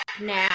now